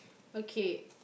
okay